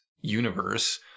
universe